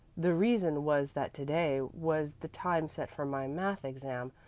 the reason was that to-day was the time set for my math. exam,